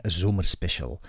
zomerspecial